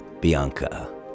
Bianca